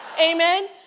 Amen